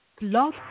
Love